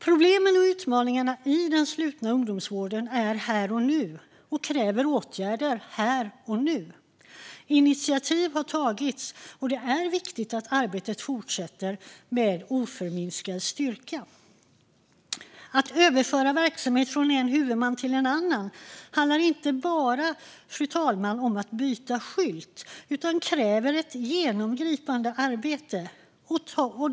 Problemen och utmaningarna i den slutna ungdomsvården finns här och nu och kräver åtgärder här och nu. Initiativ har tagits, och det är viktigt att arbetet fortsätter med oförminskad styrka. Att överföra verksamhet från en huvudman till en annan handlar inte bara, fru talman, om att byta skylt utan kräver ett genomgripande arbete.